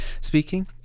speaking